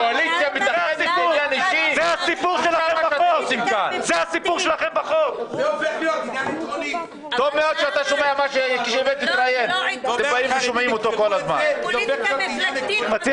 --- (הישיבה נפסקה בשעה 13:57 ונתחדשה בשעה 14:10) אני מחדש